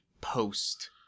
post